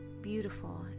beautiful